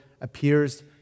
appears